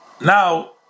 Now